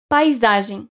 Paisagem